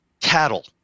cattle